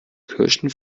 kirschen